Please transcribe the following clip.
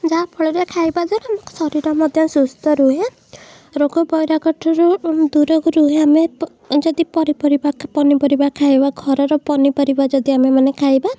ଯାହାଫଳରେ ଖାଇବା ଦ୍ୱାରା ଆମ ଶରୀର ମଧ୍ୟ ସୁସ୍ଥ ରୁହେ ରୋଗ ବୈରାଗଠାରୁ ଦୂରକୁ ରୁହେ ଆମେ ପ ଯଦି ପରିପରିବା ପନିପରିବା ଖାଇବା ଘରର ପନିପରିବା ଯଦି ଆମେମାନେ ଖାଇବା